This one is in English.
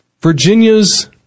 Virginia's